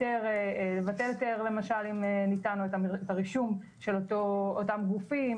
למשל לבטל היתר אם ניתן או את הרישום של אותם גופים.